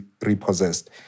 repossessed